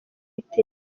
iteka